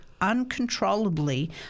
uncontrollably